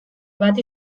bat